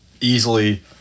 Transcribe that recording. Easily